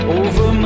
over